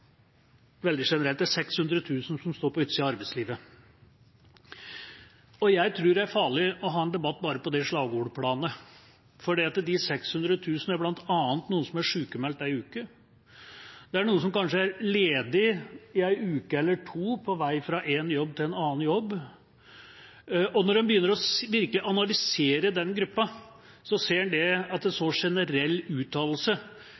veldig generelt, at det er 600 000 som står på utsida av arbeidslivet. Jeg tror det er farlig å ha en debatt bare på det slagordplanet, for blant de 600 000 er det bl.a. noen som er sykmeldt en uke. Det er noen som kanskje er ledig i en uke eller to, på vei fra én jobb til en annen jobb. Når en virkelig begynner å analysere den gruppa, ser en at en sånn generell uttalelse